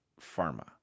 pharma